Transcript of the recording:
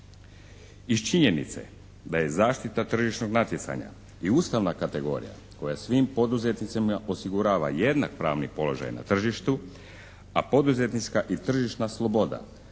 Iz činjenice da je zaštita tržišnog natjecanja i ustavna kategorija koja svim poduzetnicima osigurava jednak pravni položaj na tržištu, a poduzetnička i tržišna sloboda